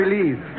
believe